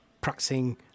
practicing